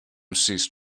ceased